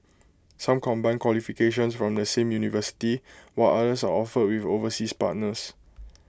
some combine qualifications from the same university while others are offered with overseas partners